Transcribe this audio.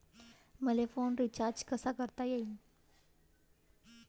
मले phone recharge कसा करता येईन?